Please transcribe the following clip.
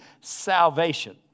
salvation